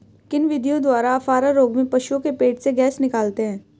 किन विधियों द्वारा अफारा रोग में पशुओं के पेट से गैस निकालते हैं?